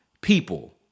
People